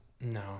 No